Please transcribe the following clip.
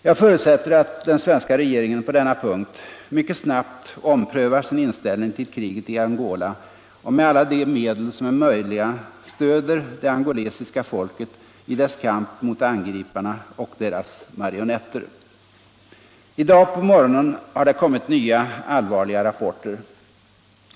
Jag förutsätter att den svenska regeringen mycket snabbt omprövar sin inställning till kriget i Angola och med alla de medel som är möjliga stöder det angolesiska folket i dess kamp mot angriparna och deras marionetter. I dag på morgonen har det kommit nya allvarliga rapporter.